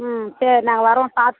ம் சரி நாங்கள் வரோம் பாத்